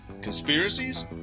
conspiracies